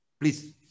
please